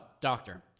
Doctor